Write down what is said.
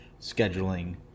scheduling